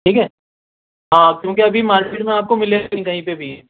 ٹھیک ہے ہاں کیونکہ ابھی مارکیٹ میں آپ کو ملے گا نہیں کہیں پہ بھی